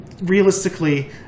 Realistically